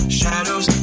shadows